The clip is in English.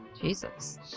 Jesus